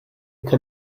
could